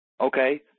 Okay